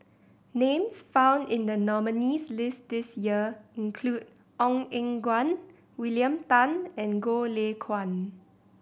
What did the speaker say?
names found in the nominees list this year include Ong Eng Guan William Tan and Goh Lay Kuan